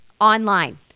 online